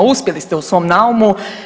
Uspjeli ste u svom naumu.